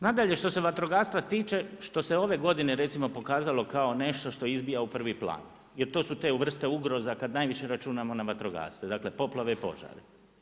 Nadalje, što se vatrogastva tiče, što se ove godine pokazalo kao nešto što izbija u prvi plan, jer to su te vrste ugroza, kada najviše računamo na vatrogasce, dakle, poplave i požari.